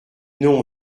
non